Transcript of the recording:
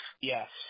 Yes